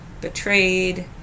betrayed